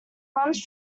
runs